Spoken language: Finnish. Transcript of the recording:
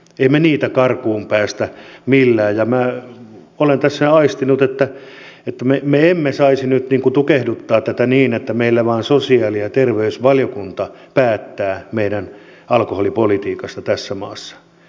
emme me niitä karkuun pääse millään ja minä olen tässä aistinut että me emme saisi nyt tukehduttaa tätä niin että meillä vain sosiaali ja terveysvaliokunta päättää meidän alkoholipolitiikasta tässä maassa